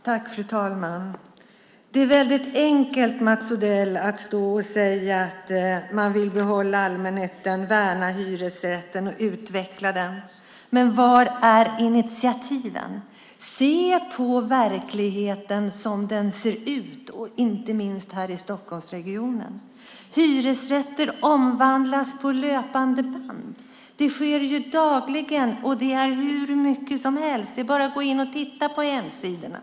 Fru talman! Det är väldigt enkelt, Mats Odell, att säga att man vill behålla allmännyttan, värna hyresrätten och utveckla den, men var är initiativen? Se på verkligheten som den ser ut, inte minst här i Stockholmsregionen! Hyresrätter omvandlas på löpande band. Det sker dagligen, och det är hur mycket som helst. Det är bara att gå in och titta på hemsidorna.